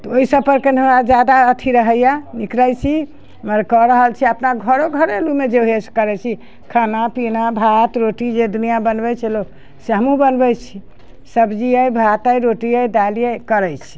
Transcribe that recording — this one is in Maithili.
तऽ ओइ सभपर कनि हमरा ज्यादा अथी रहैए नीक रहै छी मगर कऽ रहल छी अपना घरो घरेलूमे जे होइए से करै छी खाना पीना भात रोटी जे दुनिया बनबै छै लो से हमहुँ बनबै छी सब्जी अइ भात अइ रोटी अइ दाइल अइ करै छी